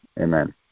amen